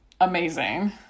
amazing